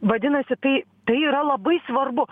vadinasi tai tai yra labai svarbu